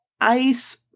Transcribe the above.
ice